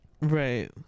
Right